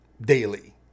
daily